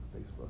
Facebook